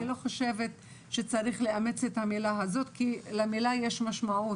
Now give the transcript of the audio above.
אני לא חושבת שצריך לאמץ את הביטוי הזה כי למילה יש משמעות.